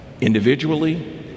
individually